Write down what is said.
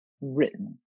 Written